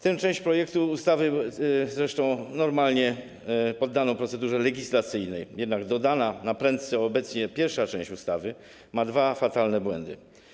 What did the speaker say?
Tę część projektu ustawy zresztą normalnie poddano procedurze legislacyjnej, jednak dodana naprędce pierwsza część ustawy ma dwa fatalne błędy.